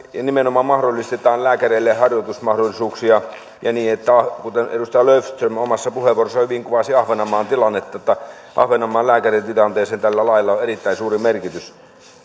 nimenomaan mahdollistetaan lääkäreille harjoitusmahdollisuuksia ja kuten edustaja löfström omassa puheenvuorossaan hyvin kuvasi ahvenanmaan tilannetta ahvenanmaan lääkäritilanteelle tällä lailla on erittäin suuri merkitys